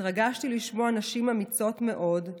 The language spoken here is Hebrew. התרגשתי לשמוע נשים אמיצות מאוד,